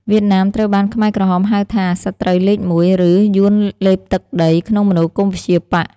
វៀតណាមត្រូវបានខ្មែរក្រហមហៅថា «សត្រូវលេខមួយ» ឬ «យួនលេបទឹកដី» ក្នុងមនោគមវិជ្ជាបក្ស។